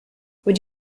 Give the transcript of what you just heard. would